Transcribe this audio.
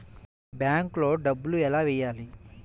బ్యాంక్లో డబ్బులు ఎలా వెయ్యాలి?